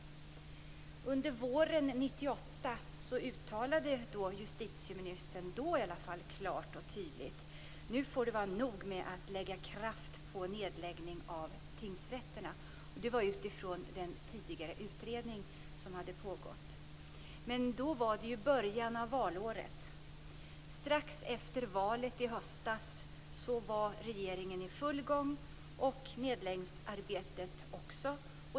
Under våren 1998 uttalade justitieministern klart och tydligt: Nu får det vara nog med att lägga kraft på nedläggning av tingsrätterna. Det var utifrån den tidigare utredning som hade pågått. Men det var i början av valåret. Strax efter valet i höstas var regeringen i full gång och nedläggningsarbetet också.